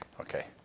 Okay